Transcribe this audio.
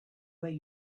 way